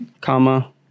comma